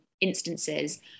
instances